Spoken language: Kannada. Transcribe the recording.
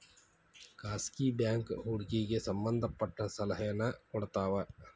ಖಾಸಗಿ ಬ್ಯಾಂಕ್ ಹೂಡಿಕೆಗೆ ಸಂಬಂಧ ಪಟ್ಟ ಸಲಹೆನ ಕೊಡ್ತವ